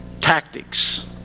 tactics